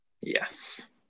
Yes